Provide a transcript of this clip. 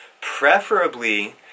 Preferably